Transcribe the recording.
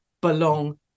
belong